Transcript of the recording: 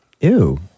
Ew